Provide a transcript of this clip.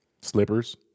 slippers